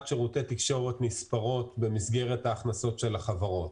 שירותי תקשורת נספרות במסגרת ההכנסות של החברות.